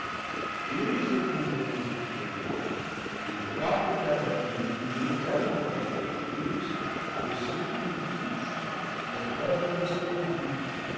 dirigés contre l'ost victorieux ils frappent avec une furie tellement impé tueuse que ceux qu'ils touchent ne peuvent rester debout